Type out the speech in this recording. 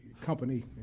company